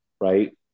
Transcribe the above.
Right